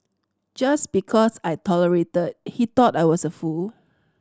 just because I tolerated he thought I was a fool